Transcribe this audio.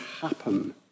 happen